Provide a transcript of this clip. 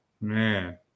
man